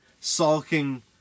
sulking